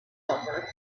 over